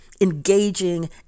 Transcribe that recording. engaging